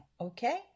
okay